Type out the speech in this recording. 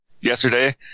yesterday